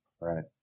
Right